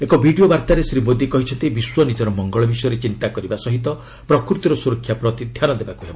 ଏକ ଭିଡ଼ିଓ ବାର୍ତ୍ତାରେ ଶ୍ରୀ ମୋଦି କହିଛନ୍ତି ବିଶ୍ୱ ନିଜର ମଙ୍ଗଳ ବିଷୟରେ ଚିନ୍ତା କରିବା ସହିତ ପ୍ରକୃତିର ସୁରକ୍ଷା ପ୍ରତି ଧ୍ୟାନ ଦେବାକୁ ହେବ